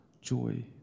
joy